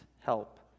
help